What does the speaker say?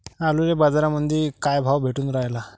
आलूले बाजारामंदी काय भाव भेटून रायला?